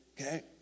okay